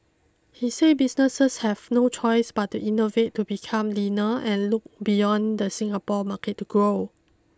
he said businesses have no choice but to innovate to become leaner and look beyond the Singapore market to grow